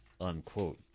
unquote